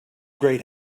great